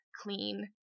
clean